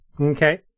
Okay